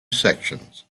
sections